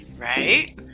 Right